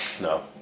No